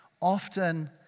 Often